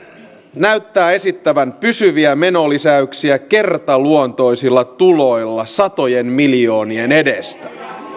näyttää esittävän pysyviä menolisäyksiä kertaluontoisilla tuloilla satojen miljoonien edestä